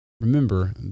Remember